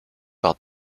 par